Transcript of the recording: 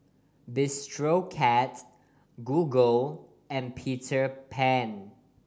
Bistro Cat Google and Peter Pan